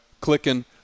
Clicking